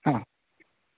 आमाम्